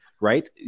right